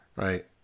Right